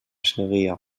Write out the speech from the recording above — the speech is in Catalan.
seguia